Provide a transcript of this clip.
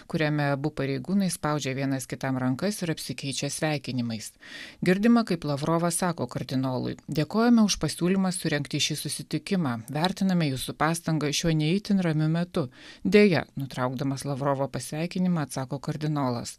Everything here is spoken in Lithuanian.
kuriame abu pareigūnai spaudžia vienas kitam rankas ir apsikeičia sveikinimais girdima kaip lavrovas sako kardinolui dėkojame už pasiūlymą surengti šį susitikimą vertiname jūsų pastangas šiuo ne itin ramiu metu deja nutraukdamas lavrovo pasveikinimą atsako kardinolas